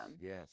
yes